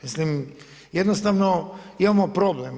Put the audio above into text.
Mislim jednostavno imamo problem.